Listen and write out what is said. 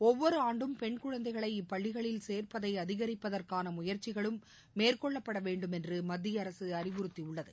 ஒவ்வொருஆண்டும் பெண் குழந்தைகளை இப்பள்ளிகளில் சோப்பதைஅதிகரிப்பதற்கானமுயற்சிகளும் மேற்கொள்ளப்படவேண்டும் என்றுமத்தியஅரசுஅறிவுறுத்தியுள்ளது